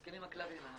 מסכנים הכלבים...